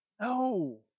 No